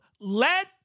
let